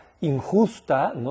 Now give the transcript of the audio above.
injusta